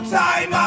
time